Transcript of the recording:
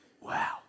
Wow